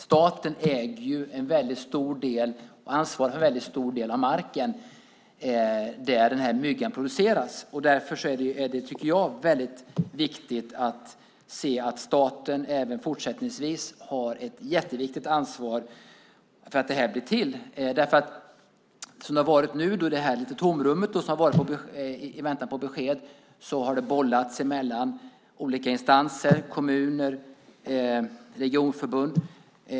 Staten äger och ansvarar för en stor del av marken där den här myggan produceras. Därför tycker jag att det är viktigt att se att staten även fortsättningsvis har ett jätteviktigt ansvar för att det här blir till. Nu har det varit något av ett tomrum i väntan på besked. Det hela har bollats mellan olika instanser, kommuner och regionförbund.